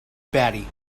batty